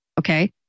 okay